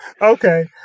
okay